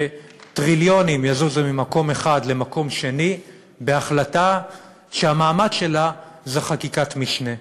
שטריליונים יזוזו ממקום אחד למקום שני בהחלטה שהמעמד שלה זה חקיקת משנה.